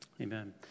Amen